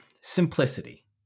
simplicity